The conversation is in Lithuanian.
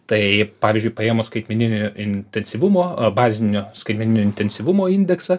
tai pavyzdžiui paėmus skaitmeninio ntensyvumo bazinio skaitmeninio intensyvumo indeksą